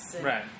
right